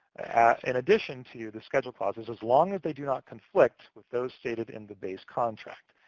in addition to the schedule clauses, as long as they do not conflict with those stated in the base contract,